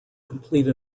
complete